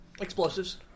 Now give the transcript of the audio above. Explosives